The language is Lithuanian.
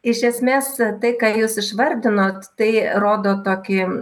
iš esmės tai ką jūs išvardinot tai rodo tokį